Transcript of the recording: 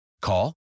Call